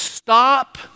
Stop